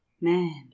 Man